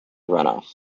runoff